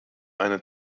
eine